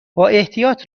بااحتیاط